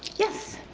yes?